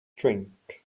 drink